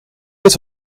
het